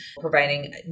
providing